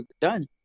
done